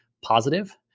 positive